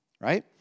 Right